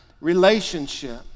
relationship